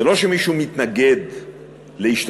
זה לא שמישהו מתנגד להשתלמויות,